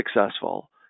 successful